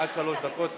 עד שלוש דקות.